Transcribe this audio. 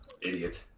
idiot